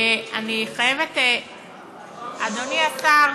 אדוני השר,